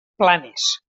planes